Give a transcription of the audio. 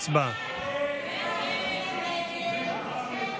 ההסתייגויות לסעיף 20 בדבר